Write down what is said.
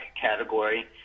category